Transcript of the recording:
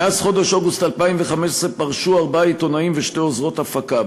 מאז חודש אוגוסט 2015 פרשו ארבעה עיתונאים ושתי עוזרות הפקה.